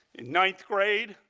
in ninth grade,